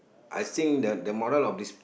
I think the the moral of this